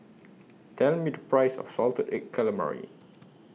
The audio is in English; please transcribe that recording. Tell Me The Price of Salted Egg Calamari